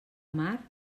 mar